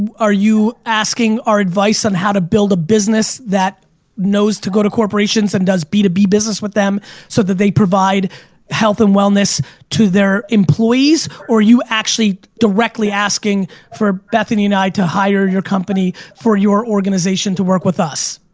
are you asking our advice on how to build a business that knows to go to corporations and does b two b business with them so that they provide health and wellness to their employees, or you actually directly asking for bethenny and i to hire your company for your organization to work with us?